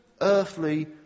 earthly